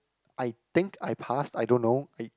I think I pass I don't know I